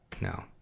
no